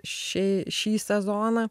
šį šį sezoną